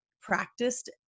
practiced